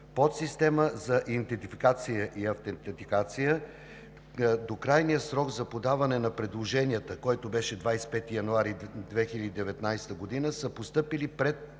подсистема за идентификация и автентификация“. До крайния срок за подаване на предложенията, който беше 25 януари 2019 г., са постъпили пет